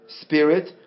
spirit